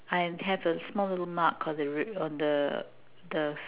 I have a small little mark on the the